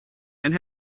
and